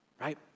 right